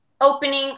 opening